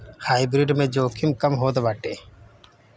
hybrid में जोखिम कम होत बाटे